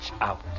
out